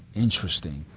interesting.